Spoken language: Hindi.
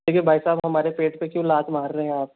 देखिए भाईसाब हमारे पेट पे क्यों लात मार रहे हैं आप